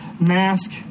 mask